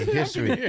history